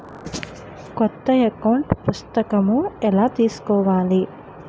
కొత్త అకౌంట్ పుస్తకము ఎలా తీసుకోవాలి?